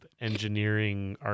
engineering